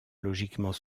logiquement